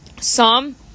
Psalm